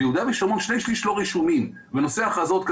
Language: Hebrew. ביהודה ושומרון שני שליש לא רשומים ונושא ההכרזות הוא